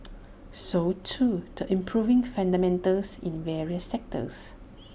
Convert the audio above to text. so too the improving fundamentals in various sectors